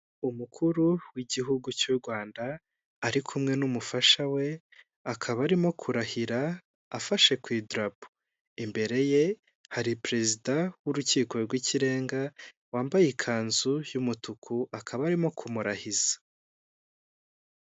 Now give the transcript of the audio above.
Umukuru w'igihugu cy'u Rwanda ari kumwe n'umufasha we, akaba arimo kurahira afashe ku idarapo, imbere ye hari perezida w'urukiko rw'ikirenga wambaye ikanzu y'umutuku akaba arimo kumurahiza.